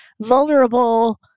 vulnerable